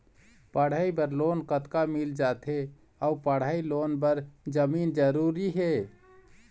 पढ़ई बर लोन कतका मिल जाथे अऊ पढ़ई लोन बर जमीन जरूरी हे?